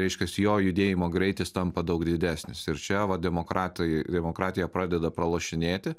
reiškiasi jo judėjimo greitis tampa daug didesnis ir čia va demokratai demokratija pradeda pralošinėti